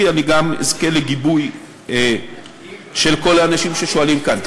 אני גם אזכה לגיבוי של כל האנשים ששואלים כאן.